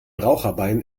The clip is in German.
raucherbein